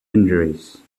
injuries